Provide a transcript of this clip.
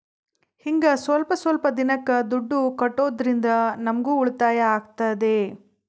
ಹಿಂಗ ಸ್ವಲ್ಪ ಸ್ವಲ್ಪ ದಿನಕ್ಕ ದುಡ್ಡು ಕಟ್ಟೋದ್ರಿಂದ ನಮ್ಗೂ ಉಳಿತಾಯ ಆಗ್ತದೆ